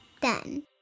done